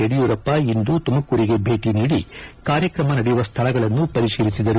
ಯಡಿಯೂರಪ್ಪ ಇಂದು ತುಮಕೂರಿಗೆ ಭೇಟಿ ನೀಡಿ ಕಾರ್ಯಕ್ರಮ ನಡೆಯುವ ಸ್ವಳಗಳನ್ನು ಪರಿತೀಲಿಸಿದರು